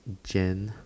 Jan